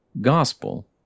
gospel